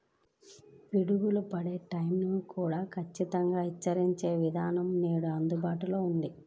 పిడుగులు పడే టైం ని కూడా ఖచ్చితంగా హెచ్చరించే విధానం నేడు అందుబాటులో ఉంది